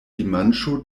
dimanĉo